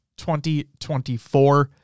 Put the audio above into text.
2024